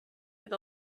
with